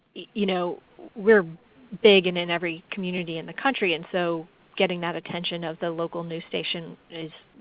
you know we're big and in every community in the country and so getting that attention of the local news stations is